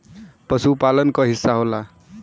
पसुपालन क हिस्सा होला